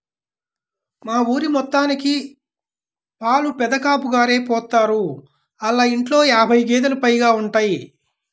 మా ఊరి మొత్తానికి పాలు పెదకాపుగారే పోత్తారు, ఆళ్ళ ఇంట్లో యాబై గేదేలు పైగా ఉంటయ్